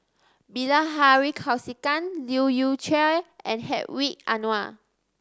Bilahari Kausikan Leu Yew Chye and Hedwig Anuar